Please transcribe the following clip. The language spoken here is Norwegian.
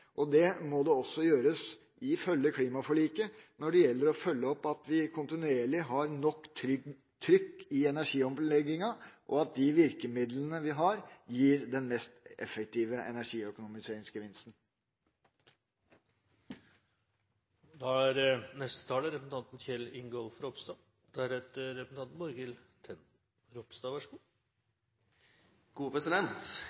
med. Det må også gjøres, ifølge klimaforliket, når det gjelder å følge opp at vi kontinuerlig har nok trykk i energiomleggingen, og at de virkemidlene vi har, gir den mest effektive energiøkonomiseringsgevinsten. Etter Island er